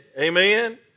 Amen